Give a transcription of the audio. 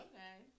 Okay